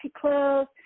clothes